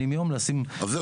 כן.